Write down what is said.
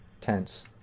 Tense